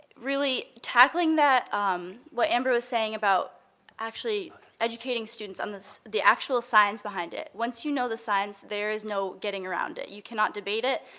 really tackling that um what amber was saying about actually educating students on the actual science behind it. once you know the science, there is no getting around it. you cannot debate it.